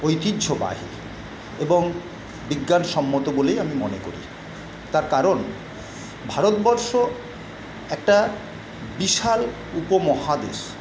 ঐতিহ্যবাহী এবং বিজ্ঞানসম্মত বলেই আমি মনে করি তার কারণ ভারতবর্ষ একটা বিশাল উপমহাদেশ